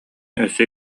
өссө